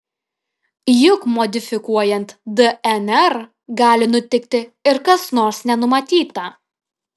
juk modifikuojant dnr gali nutikti ir kas nors nenumatyta